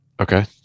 Okay